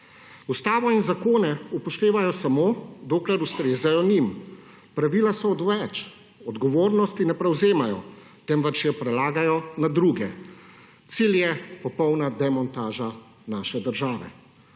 Ustavo in zakone upoštevajo samo, dokler ustrezajo njim. Pravila so odveč. Odgovornosti ne prevzemajo, temveč jo prelagajo na druge. Cilj je popolna demontaža naše države.